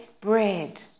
bread